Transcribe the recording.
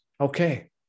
Okay